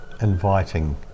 inviting